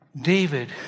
David